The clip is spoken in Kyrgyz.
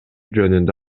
жөнүндө